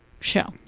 show